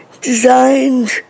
designed